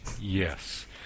yes